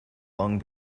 long